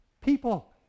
People